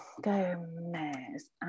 Gomez